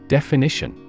Definition